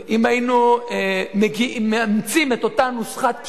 אם היינו מאמצים את אותה נוסחת פשרה,